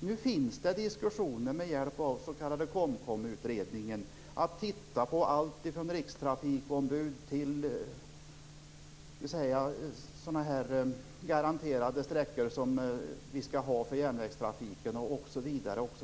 Nu förs det diskussioner, med hjälp av KOMKOM-utredningen, om att man skall titta på alltifrån rikstrafikombud till garanterade sträckor för järnvägstrafiken osv.